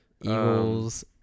Eagles